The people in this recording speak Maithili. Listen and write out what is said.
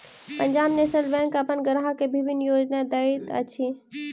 पंजाब नेशनल बैंक अपन ग्राहक के विभिन्न योजना दैत अछि